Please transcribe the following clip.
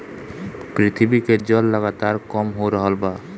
पृथ्वी के जल लगातार कम हो रहल बा